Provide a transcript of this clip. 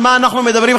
על מה אנחנו מדברים,